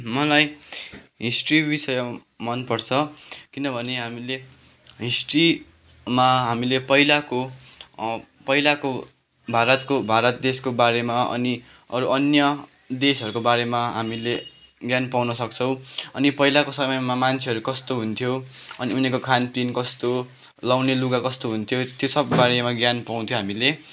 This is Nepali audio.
मलाई हिस्ट्री विषय मनपर्छ किनभने हामीले हिस्ट्रीमा हामीले पहिलाको पहिलाको भारतको भारत देशको बारेमा अनि अरू अन्य देशहरूको बारेमा हामीले ज्ञान पाउन सक्छौँ अनि पहिलाको समयमा मान्छेहरू कस्तो हुन्थ्यो अनि उनीहरूको खानपिन कस्तो लाउने लुगा कस्तो हुन्थ्यो त्यो सब बारेमा ज्ञान पाउँथ्यो हामीले